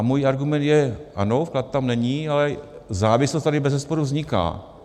Můj argument je ano, vklad tam není, ale závislost tady bezesporu vzniká.